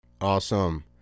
Awesome